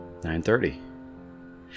9.30